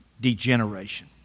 Degeneration